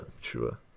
sure